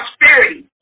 prosperity